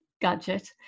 gadget